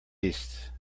east